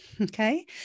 Okay